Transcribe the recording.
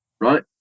Right